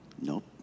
Nope